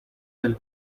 del